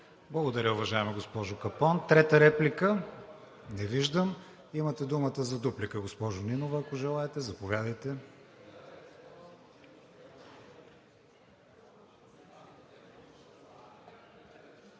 Благодаря, уважаема госпожо Капон. Трета реплика? Не виждам. Имате думата за дуплика, госпожо Нинова, ако желаете – заповядайте.